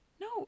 no